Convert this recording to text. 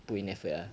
put in effort